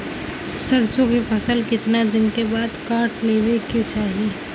सरसो के फसल कितना दिन के बाद काट लेवे के चाही?